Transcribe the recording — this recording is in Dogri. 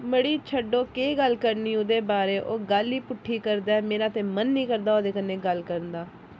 मड़ी छड्डो केह् गल्ल करनी ओह्दे बारे ओह गल्ल ई पुट्ठी करदा ऐ मेरा ते मन निं करदा ओह्दे कन्नै गल्ल करन दा